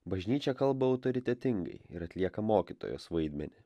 bažnyčia kalba autoritetingai ir atlieka mokytojos vaidmenį